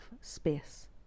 space